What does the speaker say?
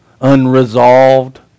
unresolved